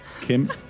Kim